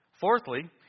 Fourthly